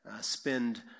spend